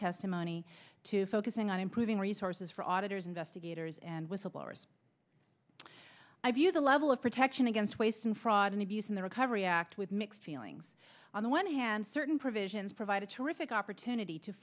testimony to focusing on improving resources for auditors investigators and whistleblowers i view the level of protection against waste and fraud and abuse in the recovery act with mixed feelings on the one hand certain provisions provide a terrific opportunity to